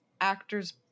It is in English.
actors